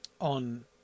on